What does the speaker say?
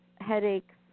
headaches